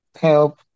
help